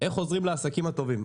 איך עוזרים לעסקים הקטנים,